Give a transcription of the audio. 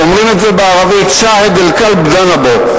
אומרים את זה בערבית: שאהד אל-כלב דנבו,